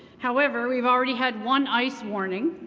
however we've already had one ice warning,